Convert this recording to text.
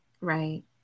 Right